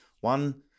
One